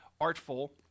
artful